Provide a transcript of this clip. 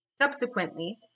subsequently